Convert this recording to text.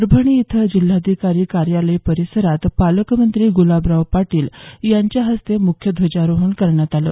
परभणी इथं जिल्हाधिकारी कार्यलय परिसरात पालकमंत्री गुलाबराव पाटील यांच्या हस्ते मुख्य ध्वजारोहण करण्यात आलं